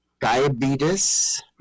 diabetes